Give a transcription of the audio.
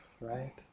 right